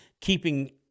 keeping